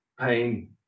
pain